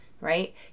right